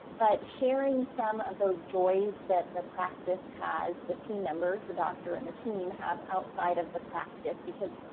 but sharing some of those joys that the practice has the team members, the doctor and the team have outside of the practice because.